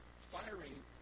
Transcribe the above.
firing